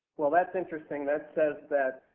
well, thatis interesting. that says